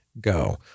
Go